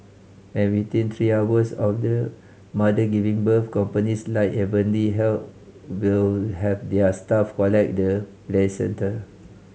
and within three hours of the mother giving birth companies like Heavenly Health will have their staff collect the placenta